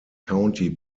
county